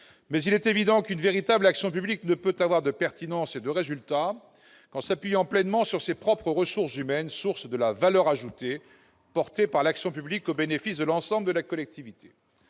Il est évident qu'une véritable action publique ne peut avoir de pertinence et de résultats qu'en s'appuyant pleinement sur ses propres ressources humaines, source de la valeur ajoutée, portée par l'action publique au bénéfice de l'ensemble de la collectivité.